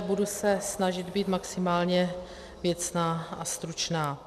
Budu se snažit být maximálně věcná a stručná.